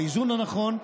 לאיזון הנכון.